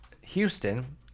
Houston